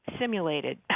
simulated